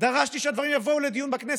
דרשתי שהדברים יבואו לדיון בכנסת,